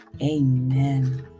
Amen